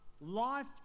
Life